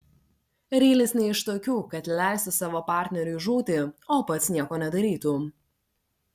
rylis ne iš tokių kad leistų savo partneriui žūti o pats nieko nedarytų